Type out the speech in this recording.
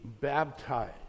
baptized